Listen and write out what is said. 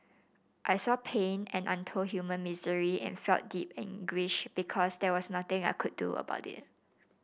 I saw pain and untold human misery and felt deep anguish because there was nothing I could do about it